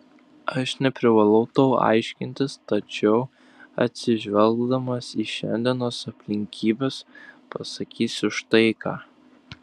aš neprivalau tau aiškintis tačiau atsižvelgdamas į šiandienos aplinkybes pasakysiu štai ką